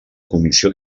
comissió